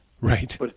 Right